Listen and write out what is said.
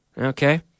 Okay